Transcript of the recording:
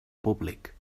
públic